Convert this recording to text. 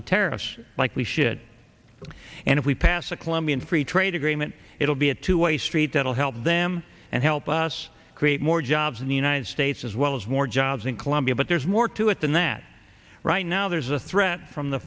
tariffs likely shit and if we pass a colombian free trade agreement it will be a two way street that'll help them and help us create more jobs in the united states as well as more jobs in colombia but there's more to it than that right now there's a threat from the